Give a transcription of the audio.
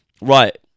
right